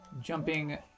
jumping